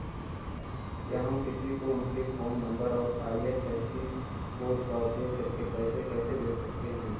क्या हम किसी को उनके फोन नंबर और आई.एफ.एस.सी कोड का उपयोग करके पैसे कैसे भेज सकते हैं?